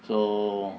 so